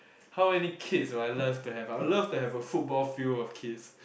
how many kids would I love to have I would love to have a football field of kids